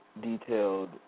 detailed